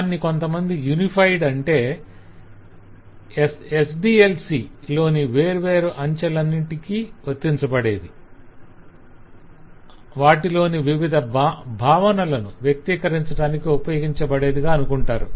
కాని కొంతమంది యూనిఫైడ్ అంటే SDLC లోని వేర్వేరు అంచెలన్నింటికీ వర్తించబడేది వాటిలోని వివిధ భావనలను వ్యక్తీకరించటానికి ఉపయోగించబడేదిగా అనుకుంటారు